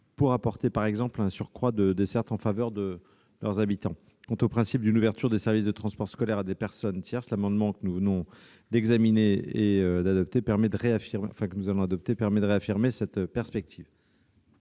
pour apporter, par exemple, un surcroît de desserte en faveur de leurs habitants. Quant au principe d'une ouverture des services de transport scolaire à des personnes tierces, l'amendement n° 510 que nous nous apprêtons à adopter permet de réaffirmer cette perspective.